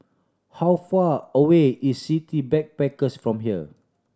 how far away is City Backpackers from here